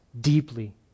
deeply